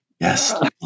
Yes